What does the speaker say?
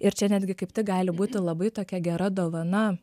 ir čia netgi kaip tik gali būti labai tokia gera dovana